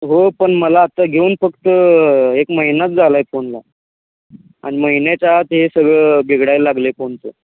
हो पण मला आत्ता घेऊन फक्त एक महिनाच झाला आहे फोनला आणि महिन्याच्या आत हे सगळं बिघडायला लागलं आहे फोनचं